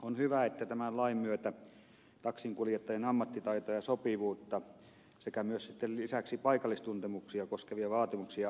on hyvä että tämän lain myötä taksinkuljettajan ammattitaitoa ja sopivuutta sekä lisäksi paikallistuntemusta koskevia vaatimuksia tarkennetaan